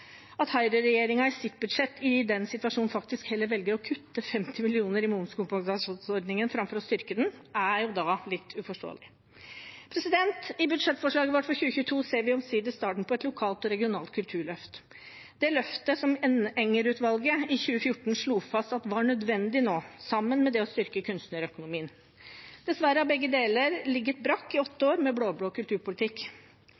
At høyreregjeringen i sitt budsjett i den situasjonen faktisk heller velger å kutte 50 mill. kr i momskompensasjonsordningen framfor å styrke den, er da litt uforståelig. I budsjettforslaget vårt for 2022 ser vi omsider starten på et lokalt og regionalt kulturløft – det løftet som Enger-utvalget i 2014 slo fast at var nødvendig nå, sammen med det å styrke kunstnerøkonomien. Dessverre har begge deler ligget brakk i åtte